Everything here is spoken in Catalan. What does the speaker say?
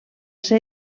ser